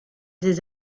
des